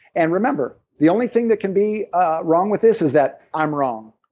and remember, the only thing that can be ah wrong with this is that i'm wrong,